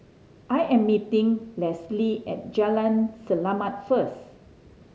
I am meeting Leslee at Jalan Selamat first